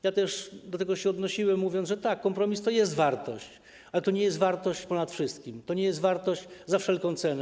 Ja też do tego się odnosiłem, mówiąc, że tak, kompromis to jest wartość, ale to nie jest wartość ponad wszystko, to nie jest wartość za wszelką cenę.